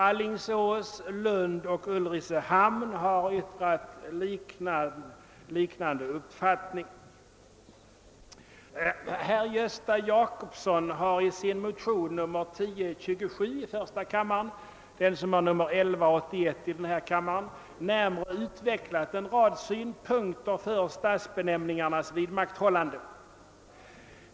Alingsås, Lund och Ulricehamn har anfört liknande uppfattningar. Herr Gösta Jacobsson har i sin motion 1027 i första kammaren — den har nr 1181 i denna kammare — närmare utvecklat en rad synpunkter för stadsbenämningarnas vidmakthållande.